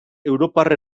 europar